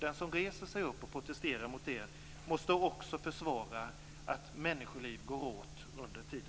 Den som reser sig upp och protesterar mot detta måste också försvara att människoliv går åt under tiden.